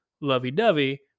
lovey-dovey